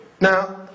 Now